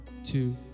Two